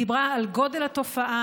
היא דיברה על גודל התופעה,